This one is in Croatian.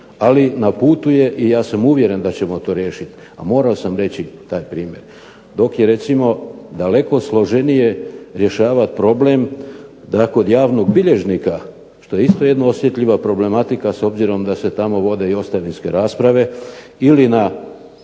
ali na putu je i ja sam uvjeren da ćemo to riješiti, a morao sam reći taj primjer. Dok je recimo daleko složenije rješavati problem da kod javnog bilježnika što je isto jedna osjetljiva problematika s obzirom da se tamo vode i ostavinske rasprave ili na